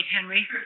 Henry